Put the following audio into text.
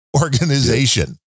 organization